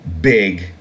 big